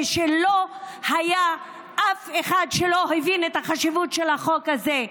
כשלא היה אף אחד שהבין את החשיבות של החוק הזה.